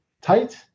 tight